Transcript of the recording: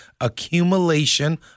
accumulation